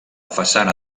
façana